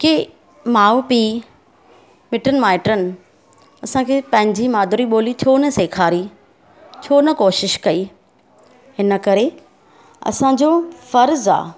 के माउ पीउ मिटनि माइटनि असांखे पांहिंजी मादिरी ॿोली छो न सेखारी छो न कोशिश कई हिन करे असांजो फ़र्ज़ु आहे